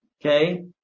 okay